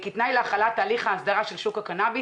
"כתנאי להחלת תהליך ההסדרה של שוק הקנאביס